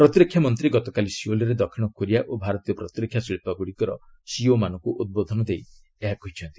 ପ୍ରତିରକ୍ଷାମନ୍ତ୍ରୀ ଗତକାଲି ସିଓଲରେ ଦକ୍ଷିଣ କୋରିଆ ଓ ଭାରତୀୟ ପ୍ରତିରକ୍ଷା ଶିଳ୍ପ ଗୁଡ଼ିକର ସିଇଓ ମାନଙ୍କୁ ଉଦ୍ବୋଧନ ଦେଇ ଏହା କହିଛନ୍ତି